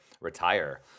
retire